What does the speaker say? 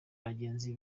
bagenzi